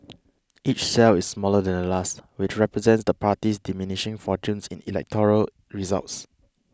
each cell is smaller than the last which represents the party's diminishing fortunes in electoral results